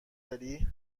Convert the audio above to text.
داری